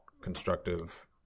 constructive